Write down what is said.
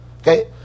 Okay